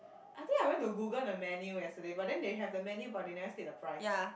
I think I went to Google the menu yesterday but then they have the menu but they never state the price